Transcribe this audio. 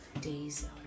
days